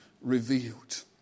revealed